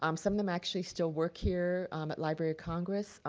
um some of them actually still work here um at library of congress.